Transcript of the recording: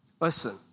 listen